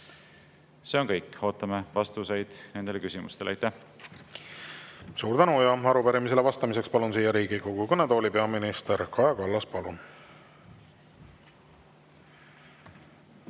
See on kõik, ootame vastuseid nendele küsimustele. Aitäh! Suur tänu! Ja arupärimisele vastamiseks palun siia Riigikogu kõnetooli peaminister Kaja Kallase. Palun!